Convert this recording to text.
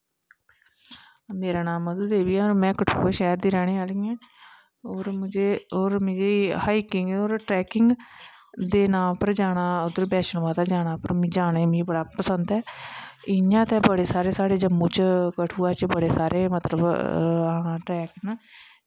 मेरा नांऽ मधू देवी ऐ और में कठुऐ शैह्र दी रैह्नें आह्ली ऐं और मिगी हाईकिंग और टॅैकिंग दे नां पर जानां बैष्णों माता जाना मिगी बड़ा पसंद ऐ इयां ते बड़े सारे साढ़े कठुआ च मतलव बड़े सारे ट्रैक न